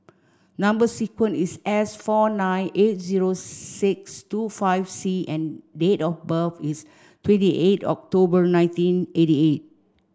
number sequence is S four nine eight zero six two five C and date of birth is twenty eight of October nineteen eighty eight